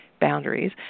boundaries